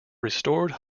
restored